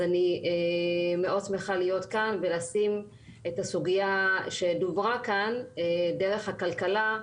אז אני מאוד שמחה להיות כאן ולשים את הסוגיה שדוברה כאן דרך הכלכלה,